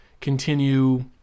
continue